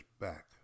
back